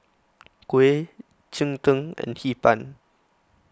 Kuih Cheng Tng and Hee Pan